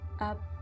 up